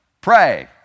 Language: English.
pray